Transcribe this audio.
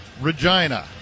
Regina